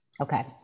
Okay